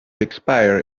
expire